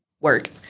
work